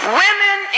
women